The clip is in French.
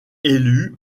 élu